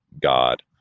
God